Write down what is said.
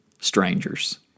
strangers